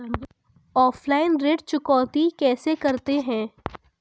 Offline ऋण चुकौती कैसे करते हैं?